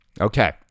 Okay